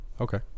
Okay